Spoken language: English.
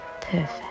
perfect